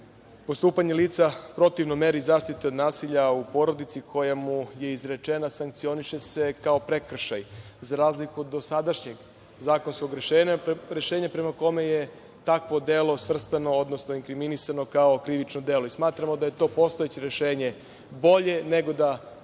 postupanje lica protivno meri zaštite nasilja u porodici koja mu je izrečena sankcioniše se kao prekršaj, za razliku od dosadašnjeg zakonskog rešenja, rešenja prema kome je takvo delo svrstano, odnosno inkriminisano kao krivično delo. Smatramo da je to postojeće rešenje bolje nego da to